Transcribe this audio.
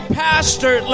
pastor